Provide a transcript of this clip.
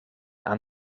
aan